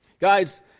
Guys